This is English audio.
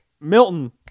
Milton